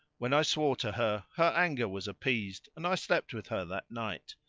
when i swore to her, her anger was appeased and i slept with her that night.